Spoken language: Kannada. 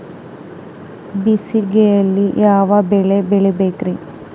ಬೇಸಿಗೆಯಲ್ಲಿ ಯಾವ ಬೆಳೆ ಬೆಳಿಬೇಕ್ರಿ?